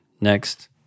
next